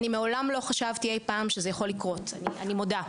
אני מעולם לא חשבתי אי פעם שזה יכול לקרות אני מודה.